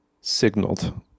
signaled